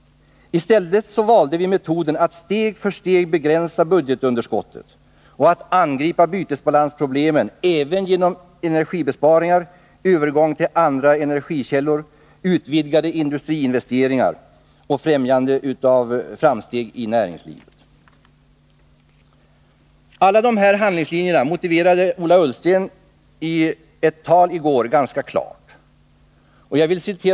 I stället valde vi metoden att steg för steg begränsa Nr 54 budgetunderskottet och att angripa bytesbalansproblemen även genom energibesparingar, övergång till andra energikällor, utvidgade industriinvesteringar och främjande av framsteg i näringslivet. Dessa handlingslinjer motiverade Ola Ullsten i ett tal i går ganska klart.